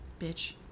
bitch